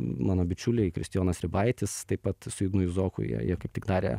mano bičiuliai kristijonas ribaitis taip pat su ignu juzoku jie jie kaip tik darė